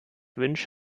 wünsch